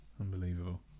Unbelievable